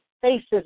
faces